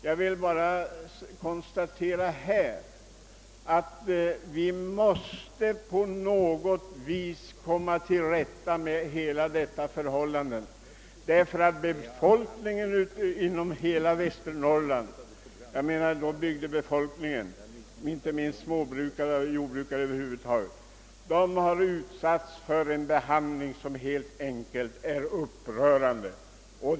Jag vill här bara konstatera att vi på något vis måste komma till rätta med detta förhållande, därför att bygdebefolkningen, inte minst småbrukare och jordbrukare över huvud taget inom hela Västernorrland, har utsatts för en behandling som helt enkelt är upprörande.